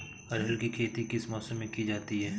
अरहर की खेती किस मौसम में की जाती है?